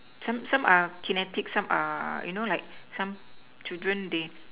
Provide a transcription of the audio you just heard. some some are kinetic some are you know like some children they